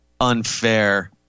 unfair